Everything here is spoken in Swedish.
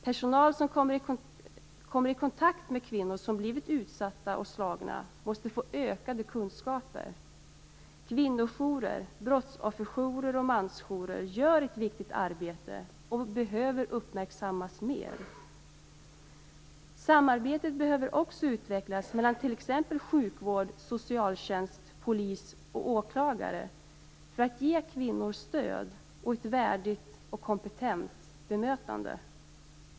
Personal som kommer i kontakt med kvinnor som blivit utsatta och slagna måste få ökade kunskaper. Kvinnojourer, brottsofferjourer och mansjourer gör ett viktigt arbete och behöver uppmärksammas mer. Samarbetet behöver också utvecklas mellan t.ex. sjukvård, socialtjänst, polis och åklagare för att kvinnor skall få stöd och ett värdigt och kompetent bemötande.